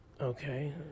Okay